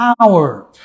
power